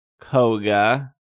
Koga